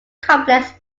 complex